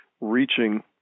reaching